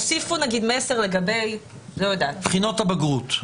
הוסיפו נגיד מסר לגבי --- בחינות הבגרות.